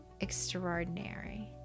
extraordinary